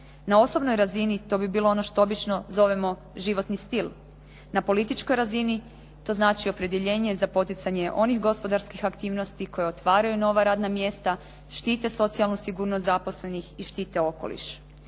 Na osobnoj razini to bi bilo ono što obično zovemo životni stil. Na političkoj razini to znači opredjeljenje za poticanje onih gospodarskih aktivnosti koja otvaraju nova radna mjesta, štite socijalnu sigurnost zaposlenih i štite okoliš.